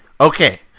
okay